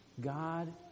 God